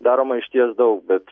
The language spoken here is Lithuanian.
daroma išties daug bet